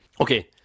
Okay